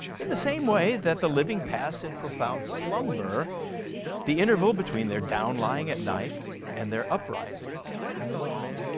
in the same way that the living pass in profound slumber the interval between their downlying at night and their uprising in the morning?